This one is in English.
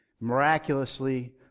Miraculously